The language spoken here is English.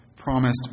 promised